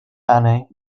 annie